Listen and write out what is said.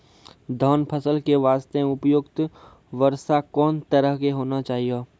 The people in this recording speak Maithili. धान फसल के बास्ते उपयुक्त वर्षा कोन तरह के होना चाहियो?